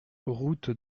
route